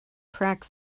crack